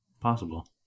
Possible